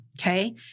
okay